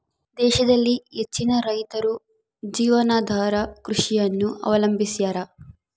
ದೇಶದಲ್ಲಿ ಹೆಚ್ಚಿನ ರೈತರು ಜೀವನಾಧಾರ ಕೃಷಿಯನ್ನು ಅವಲಂಬಿಸ್ಯಾರ